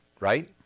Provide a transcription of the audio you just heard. right